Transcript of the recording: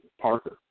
Parker